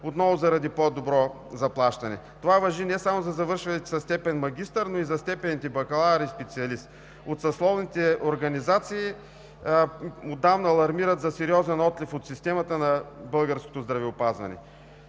отново заради по-добро заплащане. Това важи не само за завършилите със степен „магистър“, но и за степените „бакалавър“ и „специалист“. Съсловните организации отдавна алармират за сериозен отлив от системата на българското здравеопазване.